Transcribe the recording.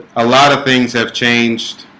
a lot of things have changed